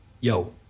Yo